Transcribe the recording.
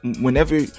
whenever